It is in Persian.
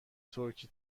ترکی